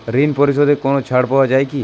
ঋণ পরিশধে কোনো ছাড় পাওয়া যায় কি?